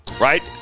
Right